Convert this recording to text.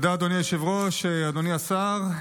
אדוני השר,